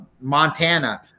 Montana